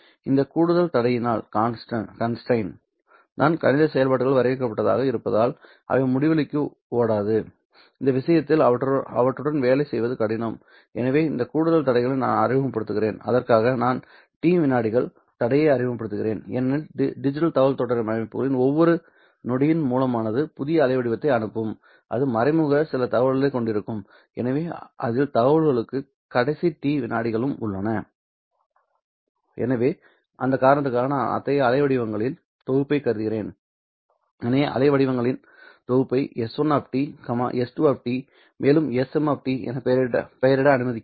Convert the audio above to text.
இந்த கூடுதல் தடையினால் தான் கணித செயல்பாடுகள் வரையறுக்கப்பட்டதாக இருப்பதால் அவை முடிவிலிக்கு ஓடாது இந்த விஷயத்தில் அவற்றுடன் வேலை செய்வது கடினம் எனவே இந்த கூடுதல் தடைகளை நான் அறிமுகப்படுத்துகிறேன் அதற்காக நான் t விநாடிகளின் தடையை அறிமுகப்படுத்துகிறேன் ஏனெனில் டிஜிட்டல் தகவல்தொடர்பு அமைப்புகளில் ஒவ்வொரு நொடியின் மூலமானது புதிய அலைவடிவத்தை அனுப்பும் அது மறைமுகமாக சில தகவல்களைக் கொண்டிருக்கும் எனவே அதில் தகவல்களும் கடைசி t விநாடிகளும் உள்ளன எனவே அந்த காரணத்திற்காக நான் அத்தகைய அலை வடிவங்களின் தொகுப்பைக் கருதுகிறேன் எனவே அலைவடிவங்களின் தொகுப்பை s1 s2 மேலும் sm என பெயரிட அனுமதிக்கிறேன்